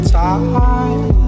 time